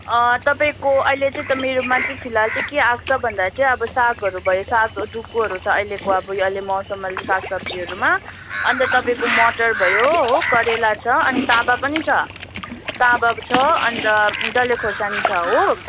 तपाईँको अहिले चाहिँ त मेरोमा चाहिँ फिलहाल चाहिँ के आएको छ भन्दा चाहिँ अब सागहरू भयो डुकुहरू छ अहिलेको अब यो अहिले मौसममा सागसब्जीहरूमा अनि त तपाईँको मटर भयो हो करेला छ अनि ताँबा पनि छ ताँबाको छ अनि त डल्ले खोर्सानी छ हो